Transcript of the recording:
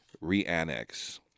re-annex